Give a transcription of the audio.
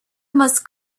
must